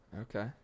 okay